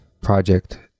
project